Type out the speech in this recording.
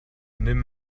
nimm